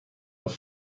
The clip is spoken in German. auf